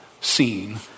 seen